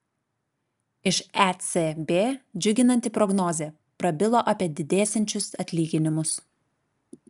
iš ecb džiuginanti prognozė prabilo apie didėsiančius atlyginimus